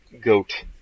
goat